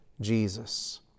Jesus